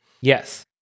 Yes